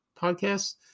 podcast